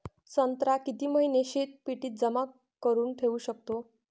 संत्रा किती महिने शीतपेटीत जमा करुन ठेऊ शकतो?